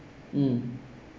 mm